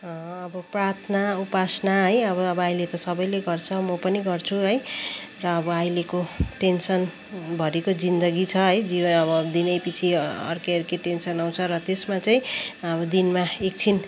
अब प्रार्थना उपासना है अब अब अहिले त सबैले गर्छ म पनि गर्छु है र अब अहिलेको टेन्सनभरिको जिन्दगी छ है जीवन अब दिनैपिछे अर्कै अर्कै टेन्सन आउँछ र त्यसमा चाहिँ अब दिनमा एकछिन